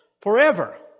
forever